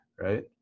Right